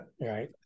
Right